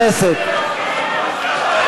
של קבוצת סיעת יש עתיד לסעיף 2 לא נתקבלו.